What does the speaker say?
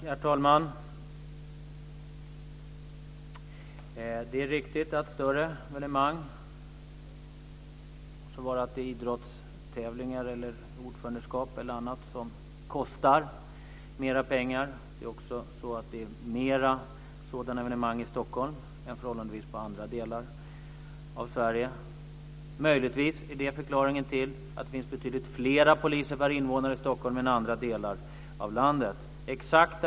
Herr talman! Det är riktigt att större evenemang, oavsett om det är idrottstävlingar eller ordförandeskap, kostar mera pengar. Det är också så att det är förhållandevis fler sådana evenemang i Stockholm än i andra delar av Sverige. Möjligtvis är det förklaringen till att det finns betydligt fler poliser per invånare i Stockholm än i andra delar av landet.